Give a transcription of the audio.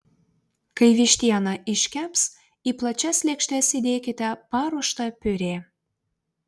kai vištiena iškeps į plačias lėkštes įdėkite paruoštą piurė